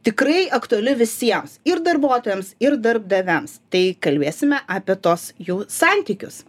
tikrai aktuali visiems ir darbuotojams ir darbdaviams tai kalbėsime apie tuos jų santykius